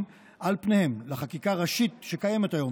על פניהם לחקיקה ראשית שקיימת היום,